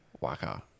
Waka